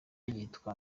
yitwa